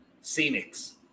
scenic's